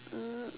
mm